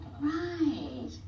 Right